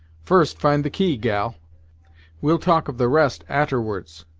first find the key, gal we'll talk of the rest a'terwards.